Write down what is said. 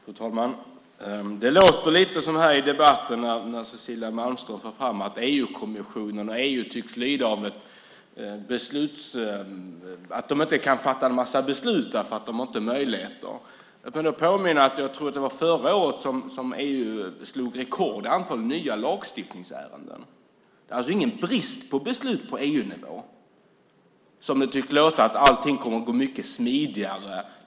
Fru talman! Det låter lite som om Cecilia Malmström för fram i debatten att EU-kommissionen och EU tycks lida av att de inte kan fatta en massa beslut därför att de inte har möjligheter. Jag vill påminna om att EU, jag tror att det var förra året, slog rekord i antal nya lagstiftningsärenden. Det är alltså ingen brist på beslut på EU-nivå, som det tycks låta: Allting kommer att gå mycket smidigare.